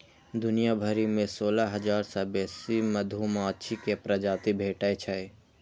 दुनिया भरि मे सोलह हजार सं बेसी मधुमाछी के प्रजाति भेटै छै